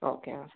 okay ആ sir